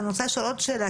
ואני רוצה לשאול עוד שאלה,